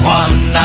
one